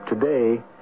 Today